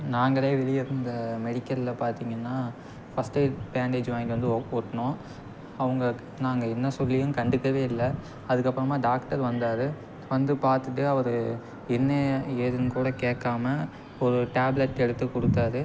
நாங்கள் வெளியே இருந்த மெடிக்கலில் பார்த்தீங்கன்னா ஃபஸ்ட் எயிட் பேண்டேஜ் வாங்கிட்டு வந்து ஒட்டினோம் அவங்க நாங்கள் என்ன சொல்லியும் கண்டுக்கவே இல்லை அதுக்கப்புறமா டாக்டர் வந்தார் வந்து பார்த்துட்டு அவர் என்ன ஏதுன்னு கூட கேக்காமல் ஒரு டேப்லெட் எடுத்து கொடுத்தாரு